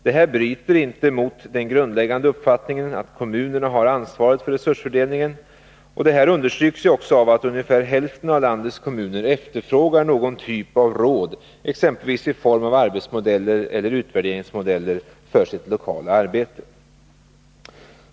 Detta bryter inte mot den grundläggande uppfattningen att kommunerna har ansvaret för resursfördelningen. Det här understryks ju också av att ungefär hälften av landets kommuner efterfrågar någon typ av råd, exempelvis i form av arbetsmodeller eller utvärderingsmodeller för sitt lokala arbete.